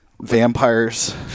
Vampires